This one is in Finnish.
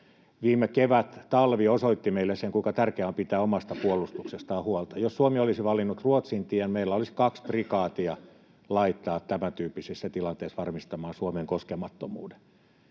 Viime kevättalvi osoitti meille sen, kuinka tärkeää on pitää omasta puolustuksestaan huolta. Jos Suomi olisi valinnut Ruotsin tien, meillä olisi kaksi prikaatia laittaa tämäntyyppisissä tilanteissa varmistamaan Suomen koskemattomuus.